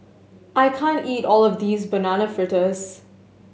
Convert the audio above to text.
I can't eat all of this Banana Fritters